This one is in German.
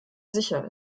sicher